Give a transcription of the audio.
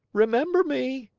remember me.